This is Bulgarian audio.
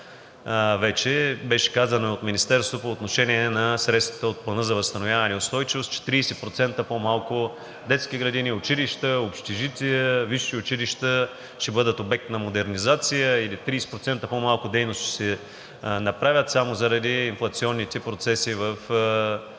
Вече беше казано и от Министерството по отношение на средствата от Плана за възстановяване и устойчивост, че 30% по-малко детски градини, училища, общежития, висши училища ще бъдат обект на модернизация или 30% по-малко дейности ще се направят само заради инфлационните процеси, основно